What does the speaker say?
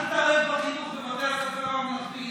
אל תתערב בחינוך בתי הספר הממלכתיים.